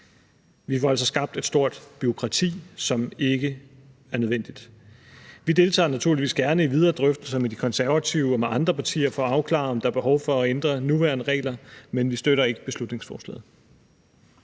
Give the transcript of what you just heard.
Vi får altså skabt et stort bureaukrati, som ikke er nødvendigt. Vi deltager naturligvis gerne i videre drøftelser med De Konservative og med andre partier for at afklare, om der er behov for at ændre nuværende regler. Men vi støtter ikke beslutningsforslaget.